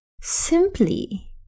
simply